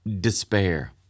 despair